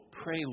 pray